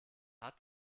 hat